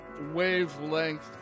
wavelength